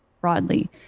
broadly